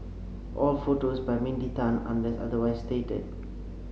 all photos by Mindy Tan unless otherwise stated